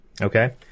Okay